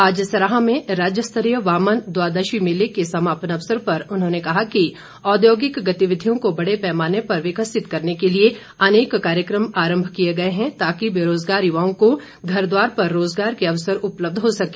आज सराहां में राज्य स्तरीय वामन द्वादशी मेले के समापन अवसर पर उन्होंने कहा कि औद्योगिक गतिविधियों को बड़े पैमाने पर विकसित करने के लिए अनेक कार्यक्रम आरम्भ किए गए हैं ताकि बेरोजगार युवाओं को घरद्वार पर रोजगार के अवसर उपलब्ध हो सके